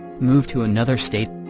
move to another state?